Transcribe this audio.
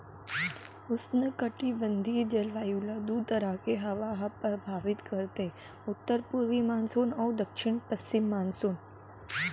उस्नकटिबंधीय जलवायु ल दू तरह के हवा ह परभावित करथे उत्तर पूरवी मानसून अउ दक्छिन पस्चिम मानसून